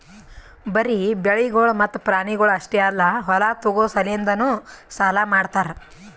ಬರೀ ಬೆಳಿಗೊಳ್ ಮತ್ತ ಪ್ರಾಣಿಗೊಳ್ ಅಷ್ಟೆ ಅಲ್ಲಾ ಹೊಲ ತೋಗೋ ಸಲೆಂದನು ಸಾಲ ಮಾಡ್ತಾರ್